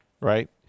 right